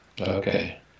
Okay